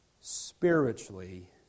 spiritually